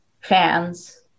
fans